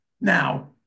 now